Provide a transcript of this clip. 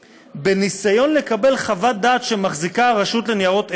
בניסיון לקבל חוות דעת שמחזיקה הרשות לניירות ערך,